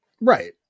Right